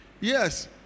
Yes